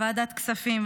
ועדת הכספים,